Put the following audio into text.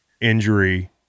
injury